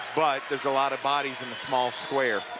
but there's a lot of bodies in a small square.